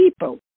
people